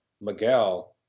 Miguel